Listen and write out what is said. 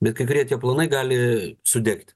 bet kai kurie tie planai gali sudegti